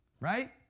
right